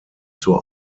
zur